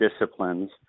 disciplines